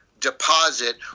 deposit